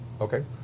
Okay